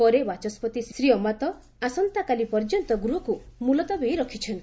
ପରେ ବାଚସ୍ୱତି ଶ୍ରୀ ଅମାତ ଆସନ୍ତା କାଲି ପର୍ଯ୍ୟନ୍ତ ଗୃହକୁ ମୁଲତବୀ ରଖିଛନ୍ତି